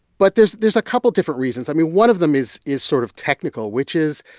but there's there's a couple of different reasons. i mean, one of them is is sort of technical, which is,